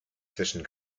zwischen